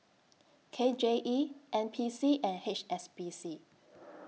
K J E N P C and H S B C